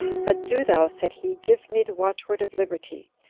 but do thou, said he, give me the watchword of liberty.